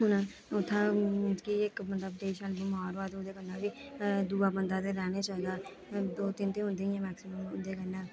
उत्थै मींस कि इक बंदा बेशक बमार होऐ ते ओह्दे कन्नै बी दूआ बंदा रैह्ने च चाहिदा दो तिन ते होंदे ही ऐ मैक्सिमम ओह्दे कन्नै